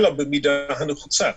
אלא במידה הנחוצה.